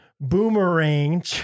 Boomerang